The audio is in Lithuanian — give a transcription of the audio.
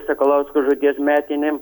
sakalausko žūties metinėm